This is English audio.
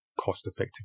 cost-effective